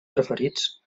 preferits